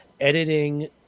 editing